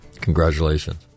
congratulations